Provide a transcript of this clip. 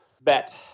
bet